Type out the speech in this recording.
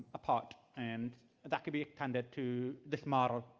apart. and that could be attended to this model,